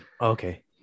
Okay